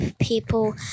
people